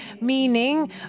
meaning